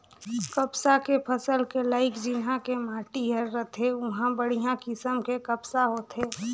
कपसा के फसल के लाइक जिन्हा के माटी हर रथे उंहा बड़िहा किसम के कपसा होथे